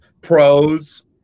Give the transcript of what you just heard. pros